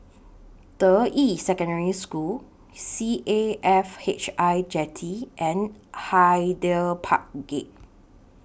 Deyi Secondary School C A F H I Jetty and Hyder Park Gate